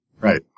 Right